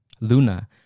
Luna